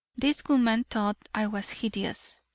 this woman thought i was hideous.